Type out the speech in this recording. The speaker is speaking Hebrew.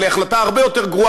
אבל היא החלטה הרבה יותר גרועה,